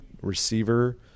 receiver